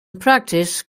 practice